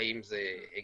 האם זה הגיוני,